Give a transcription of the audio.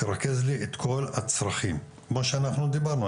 תרכזו לי את כל הצרכים כמו שאנחנו דיברנו,